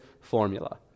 formula